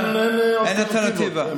אין אלטרנטיבה.